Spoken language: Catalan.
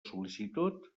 sol·licitud